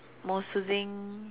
more soothing